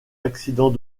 accident